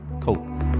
cool